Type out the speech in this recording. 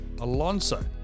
alonso